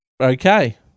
Okay